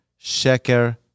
Sheker